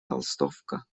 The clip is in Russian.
толстовка